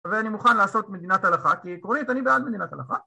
ואני מוכן לעשות מדינת הלכה, כי עקרונית, אני בעד מדינת הלכה.